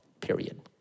period